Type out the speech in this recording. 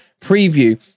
preview